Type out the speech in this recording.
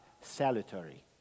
salutary